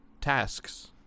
tasks